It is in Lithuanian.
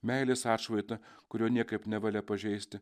meilės atšvaitą kurio niekaip nevalia pažeisti